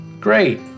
Great